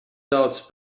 daudz